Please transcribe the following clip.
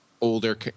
older